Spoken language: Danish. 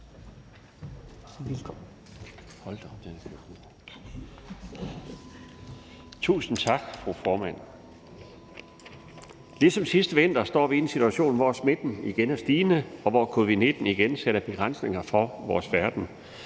Tusind tak, fru formand. Ligesom sidste vinter står vi en situation, hvor smitten igen er stigende, og hvor covid-19 igen sætter begrænsninger for vores færden,